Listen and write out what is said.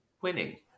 winning